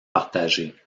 partagée